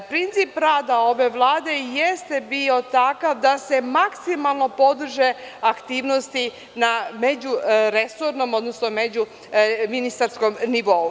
Princip rada ove Vlade jeste bio takav da se maksimalno podrže aktivnosti na međuresornom, odnosno međuministarskom nivou.